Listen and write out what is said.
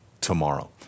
tomorrow